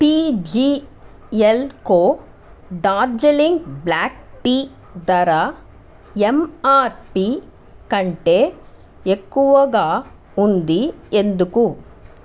TGL co Darjeeling black tea ధర MRP కంటే ఎక్కువగా ఉంది ఎందుకు